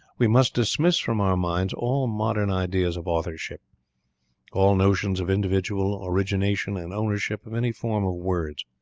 we must dismiss from our minds all modern ideas of authorship all notions of individual origination and ownership of any form of words.